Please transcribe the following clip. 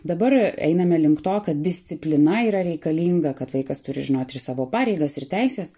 dabar einame link to kad disciplina yra reikalinga kad vaikas turi žinot ir savo pareigas ir teises